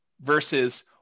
versus